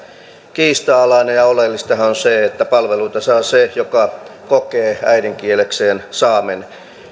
kiistanalainen oleellistahan on se että palveluita saa se joka kokee äidinkielekseen saamen